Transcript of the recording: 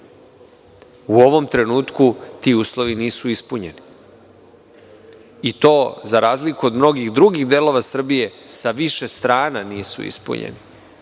U ovom trenutku ti uslovi nisu ispunjeni i to, za razliku od mnogih drugih delova Srbije, sa više strana nisu ispunjeni.